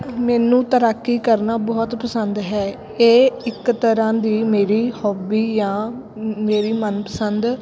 ਮੈਨੂੰ ਤੈਰਾਕੀ ਕਰਨਾ ਬਹੁਤ ਪਸੰਦ ਹੈ ਇਹ ਇੱਕ ਤਰ੍ਹਾਂ ਦੀ ਮੇਰੀ ਹੌਬੀ ਆ ਮੇਰੀ ਮਨਪਸੰਦ